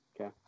Okay